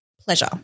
pleasure